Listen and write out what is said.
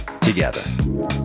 together